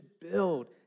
build